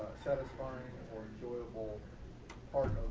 satisfying or enjoyable part